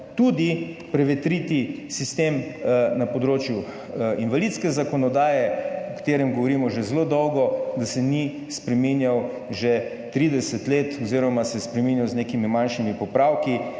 tudi prevetriti sistem na področju invalidske zakonodaje, o katerem govorimo že zelo dolgo, da se ni spreminjal že 30 let oziroma se je spreminjal z nekimi manjšimi popravki,